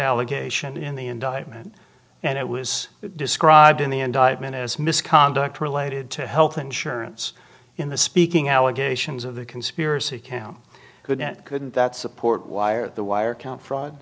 allegation in the indictment and it was described in the indictment as misconduct related to health insurance in the speaking allegations of the conspiracy count good couldn't that support why or the wire count fraud